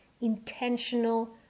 intentional